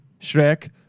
Shrek